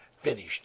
finished